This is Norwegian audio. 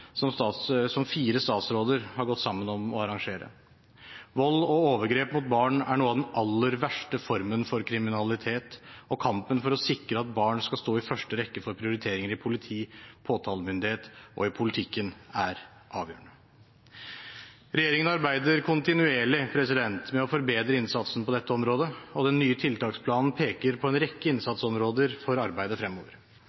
som fire statsråder har gått sammen om å arrangere. Vold og overgrep mot barn er noe av den aller verste formen for kriminalitet, og kampen for å sikre at barn skal stå i første rekke for prioriteringer i politiet, hos påtalemyndigheten og i politikken, er avgjørende. Regjeringen arbeider kontinuerlig med å forbedre innsatsen på dette området, og den nye tiltaksplanen peker på en rekke